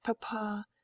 papa